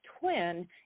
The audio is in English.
twin